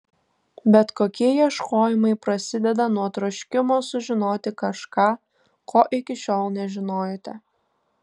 bet kokie ieškojimai prasideda nuo troškimo sužinoti kažką ko iki šiol nežinojote